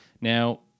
Now